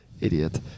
Idiot